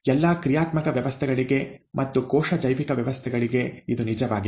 ಎಲ್ಲಾ ಕ್ರಿಯಾತ್ಮಕ ವ್ಯವಸ್ಥೆಗಳಿಗೆ ಮತ್ತು ಕೋಶ ಜೈವಿಕ ವ್ಯವಸ್ಥೆಗಳಿಗೆ ಇದು ನಿಜವಾಗಿದೆ